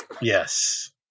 Yes